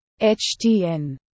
HTN